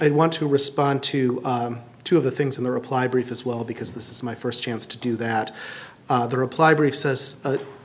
i want to respond to two of the things in the reply brief as well because this is my st chance to do that the reply brief says